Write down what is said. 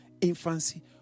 infancy